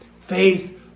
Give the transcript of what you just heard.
Faith